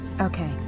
Okay